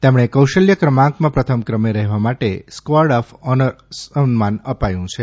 તેમને કૌશલ્ય ક્રમાંકમાં પ્રથમ ક્રમે રહેવા માટે સ્વોર્ડ ઓફ ઓનર સન્માન અપાયું છે